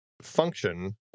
Function